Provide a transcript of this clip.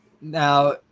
Now